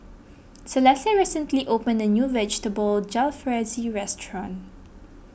Celestia recently opened a new Vegetable Jalfrezi restaurant